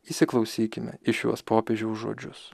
įsiklausykime į šiuos popiežiaus žodžius